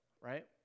right